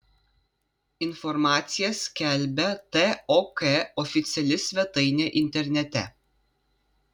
informaciją skelbia tok oficiali svetainė internete